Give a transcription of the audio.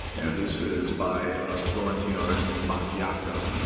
and this is by a florentine artist named bacchiacca.